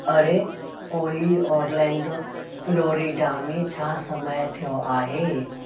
अरे ओली Orlando Florida में छा समय थियो आहे